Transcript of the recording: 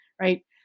right